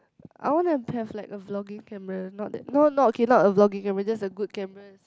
I want to have like a vlogging camera not that not not okay not a vlogging camera just a good cameras